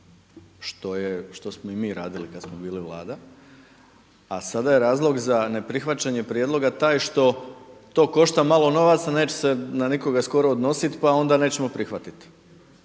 što smo i mi radili kada smo bili Vlada. A sada je razlog za neprihvaćanje prijedloga taj što to košta malo novaca a neće se na nikoga skoro odnositi pa onda nećemo prihvatiti.